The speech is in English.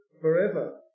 forever